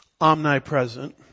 omnipresent